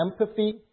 empathy